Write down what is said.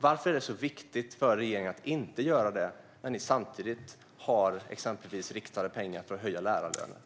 Varför är det viktigt för regeringen att inte göra det, Stefan Löfven? Ni har exempelvis riktade pengar för att höja lärarlönerna.